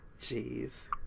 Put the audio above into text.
jeez